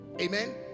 Amen